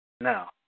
Now